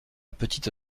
petite